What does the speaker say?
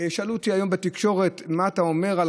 שאלו אותי היום בתקשורת: מה אתה אומר על